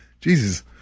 Jesus